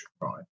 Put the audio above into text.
right